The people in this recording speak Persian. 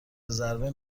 ضربه